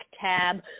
tab